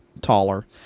taller